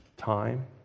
time